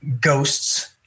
ghosts